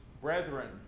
brethren